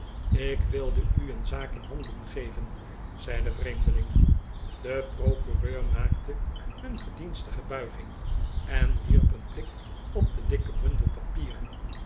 ik wilde u een zaak in handen geven zei de vreemdeling de procureur maakte een gedienstige buiging en wierp een blik op den dikken bundel papieren